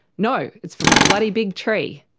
no, it's from a bloody big tree.